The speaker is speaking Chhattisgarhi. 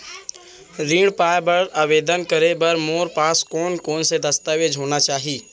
ऋण पाय बर आवेदन करे बर मोर पास कोन कोन से दस्तावेज होना चाही?